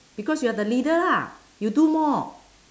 because you're the leader lah you do more